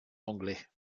anglais